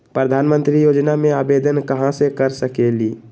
प्रधानमंत्री योजना में आवेदन कहा से कर सकेली?